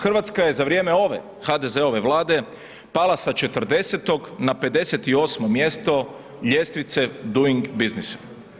Hrvatska je za vrijeme ove HDZ-ove vlade, pala sa 40 na 58 mjesto ljestvice duing biznisa.